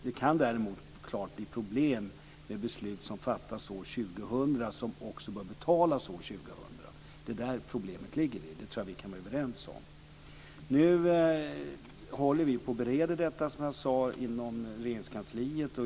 Det kan däremot klart bli problem med beslut som fattas år 2000 och som också börjar att betalas år 2000. Det är där som problemet ligger, och det kan vi vara överens om. Som jag sade håller vi nu på att bereda detta inom Regeringskansliet.